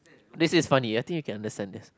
this is funny I think you can understand this